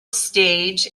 stage